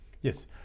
Yes